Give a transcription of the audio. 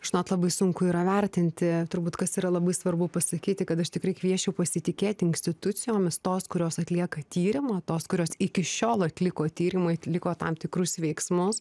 žinot labai sunku yra vertinti turbūt kas yra labai svarbu pasakyti kad aš tikrai kviesčiau pasitikėti inkstitucijomis tos kurios atlieka tyrimą tos kurios iki šiol atliko tyrimai atliko tam tikrus veiksmus